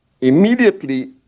immediately